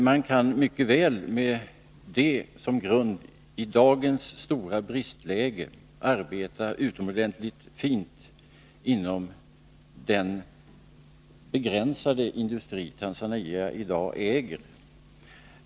Man kan mycket väl med det som grund i dagens stora bristläge arbeta utomordentligt fint inom den begränsade industri Tanzania i dag äger.